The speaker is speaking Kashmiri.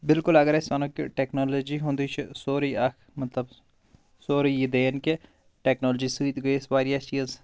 بالکُل اگر أسۍ ونو کہِ ٹٮ۪کنالوجی ہُنٛدے چھُ سورُے اکھ مطلب سورُے یہِ دین کہِ ٹٮ۪کنالوجی سۭتۍ گٔے اسہِ واریاہ چیٖز